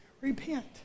repent